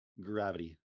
gravity